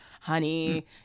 Honey